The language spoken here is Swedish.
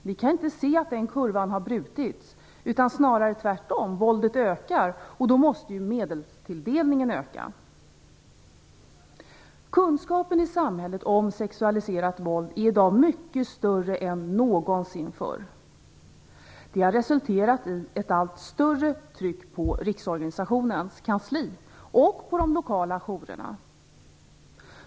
Vi kan inte se att den kurvan har brutits, utan snarare tvärtom. Våldet ökar, och då måste ju också medelstilldelningen öka. Kunskapen i samhället om sexualiserat våld är i dag mycket större än någonsin tidigare. Det har resulterat i ett allt större tryck på Riksorganisationens kansli och på de lokala jourerna.